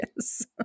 yes